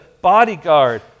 bodyguard